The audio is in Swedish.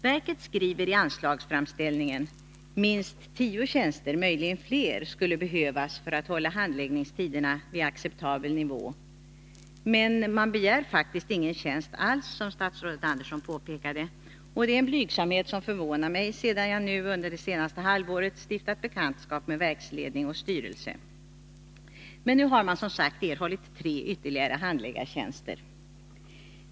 Verket skriver i anslagsframställningen: Minst tio tjänster, möjligen fler, skulle behövas för att hålla handläggningstiderna vid acceptabel nivå. Men man begär faktiskt, som statsrådet Andersson påpekade, ingen tjänst alls. Det är en blygsamhet som förvånar mig sedan jag nu under det senaste halvåret stiftat bekantskap med verksledning och styrelse. Men nu har man som sagt erhållit ytterligare tre handläggartjänster.